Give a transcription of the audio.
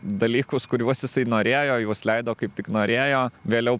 dalykus kuriuos jisai norėjo juos leido kaip tik norėjo vėliau